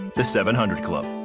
the seven hundred club.